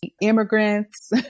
immigrants